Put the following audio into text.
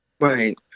Right